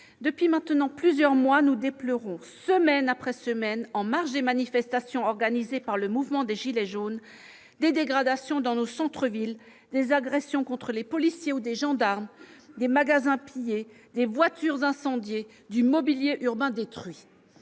depuis maintenant plusieurs mois, nous déplorons, semaine après semaine, en marge des manifestations organisées par le mouvement des « gilets jaunes », des dégradations dans nos centres-villes, des agressions contre des policiers ou des gendarmes, des magasins pillés, des voitures incendiées, du mobilier urbain détruit.